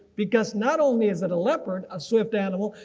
because not only is that a leopard a swift animal,